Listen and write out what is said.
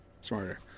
Smarter